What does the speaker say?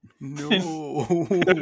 no